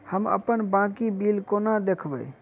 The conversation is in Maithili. हम अप्पन बाकी बिल कोना देखबै?